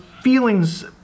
feelings